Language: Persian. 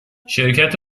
شرکت